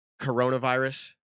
Coronavirus